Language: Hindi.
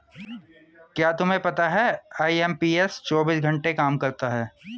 क्या तुम्हें पता है आई.एम.पी.एस चौबीस घंटे काम करता है